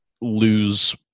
lose